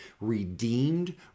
redeemed